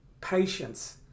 patience